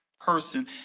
person